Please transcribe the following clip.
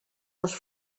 les